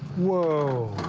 whoa.